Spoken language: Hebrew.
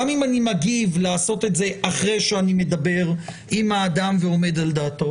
גם אם אני מגיב - לעשות את זה אחרי שאני מדבר עם האדם ועומד על דעתו.